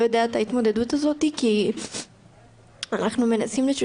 יודע את ההתמודדות הזאת כי אנחנו מנסים,